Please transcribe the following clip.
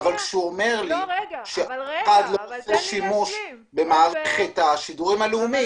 אבל כשהוא אומר לי --- שימוש במערכת השידורים הלאומית,